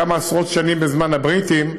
כמה עשרות שנים בזמן הבריטים,